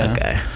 Okay